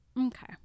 Okay